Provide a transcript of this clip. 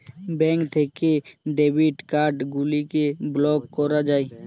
bank থেকে debit card গুলিকে block করা যায়